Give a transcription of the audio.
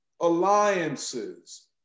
alliances